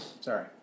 sorry